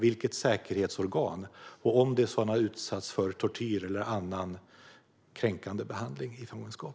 Vilket säkerhetsorgan är det, och har han utsatts för tortyr eller annan kränkande behandling i fångenskap?